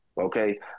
okay